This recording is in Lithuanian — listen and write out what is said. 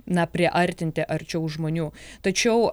na priartinti arčiau žmonių tačiau